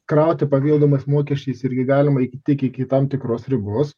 krauti papildomais mokesčiais irgi galima iki tik iki tam tikros ribos